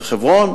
חברון?